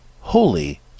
holy